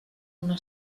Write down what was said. una